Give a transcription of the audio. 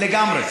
לגמרי.